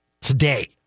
today